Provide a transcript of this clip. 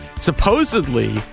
supposedly